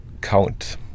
count